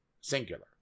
singular